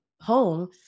home